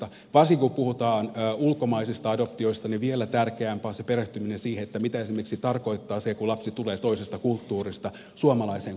varsinkin kun puhutaan ulkomaisista adoptioista vielä tärkeämpää on se perehtyminen siihen mitä esimerkiksi tarkoittaa se kun lapsi tulee toisesta kulttuurista suomalaiseen kulttuuriin